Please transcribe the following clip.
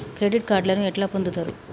Credit కార్డులను ఎట్లా పొందుతరు?